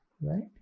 Right